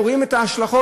אנחנו רואים את ההשלכות,